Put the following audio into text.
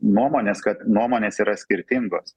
nuomonės kad nuomonės yra skirtingos